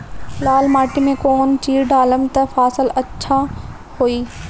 लाल माटी मे कौन चिज ढालाम त फासल अच्छा होई?